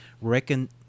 reckon